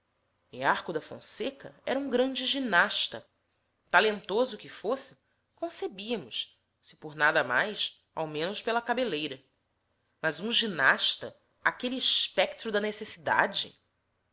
pai nearco da fonseca era um grande ginasta talentoso que fosse concebíamos se por nada mais ao menos pela cabeleira mas um ginasta aquele espectro da necessidade